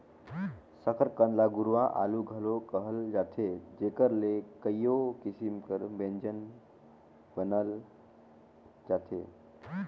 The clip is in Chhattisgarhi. सकरकंद ल गुरूवां आलू घलो कहल जाथे जेकर ले कइयो किसिम कर ब्यंजन बनाल जाथे